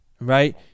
right